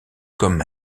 comme